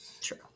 True